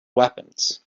weapons